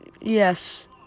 Yes